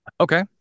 Okay